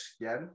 again